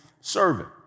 servant